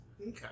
Okay